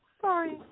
Sorry